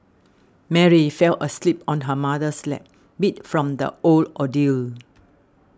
Mary fell asleep on her mother's lap beat from the whole ordeal